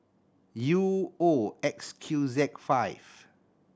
U O X Q Z five